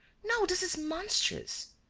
no this is monstrous!